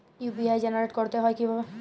UPI generate করতে হয় কিভাবে?